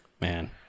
Man